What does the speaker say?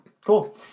Cool